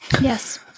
Yes